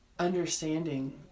Understanding